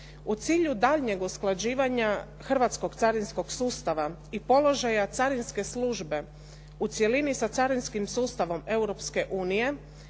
U cilju daljnjeg usklađivanja hrvatskog carinskog sustava i položaja carinske službe u cjelini sa carinskim sustavom